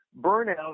burnout